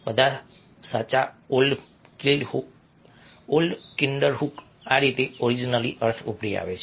બધા સાચાઓલ્ડ કિન્ડરહૂક આ રીતે એટીઓલોજિકલી અર્થ ઉભરી આવે છે